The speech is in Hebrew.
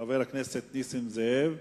חבר הכנסת ג'מאל זחאלקה,